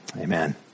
amen